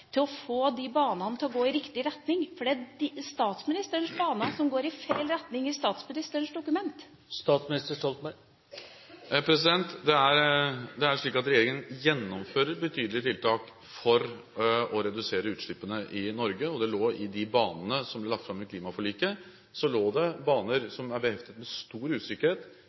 til å få banene til å gå i riktig retning? For det er statsministerens baner som går i feil retning i statsministerens dokument. Det er slik at regjeringen gjennomfører betydelige tiltak for å redusere utslippene i Norge. I det som ble lagt fram i klimaforliket, lå det baner som er beheftet med stor usikkerhet,